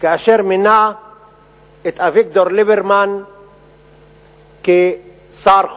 כאשר מינה את אביגדור ליברמן לשר החוץ.